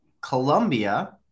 Colombia